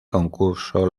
concurso